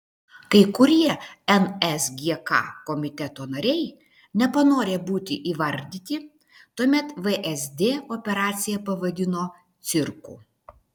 kai kurie nsgk komiteto nariai nepanorę būti įvardyti tuomet vsd operaciją pavadino cirku